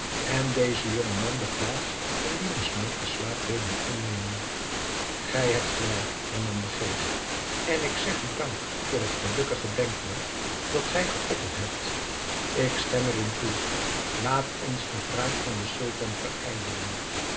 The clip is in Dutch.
en dezen jongman de plaats van dien mismaakten slaaf deden innemen gij hebt gelijk hernam de geest en ik zeg u dank voor het gelukkige denkbeeld dat gij geopperd hebt ik stem er in toe laat ons de wraak van den sultan